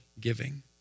giving